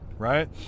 Right